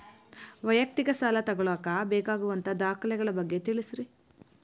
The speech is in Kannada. ವೈಯಕ್ತಿಕ ಸಾಲ ತಗೋಳಾಕ ಬೇಕಾಗುವಂಥ ದಾಖಲೆಗಳ ಬಗ್ಗೆ ತಿಳಸ್ರಿ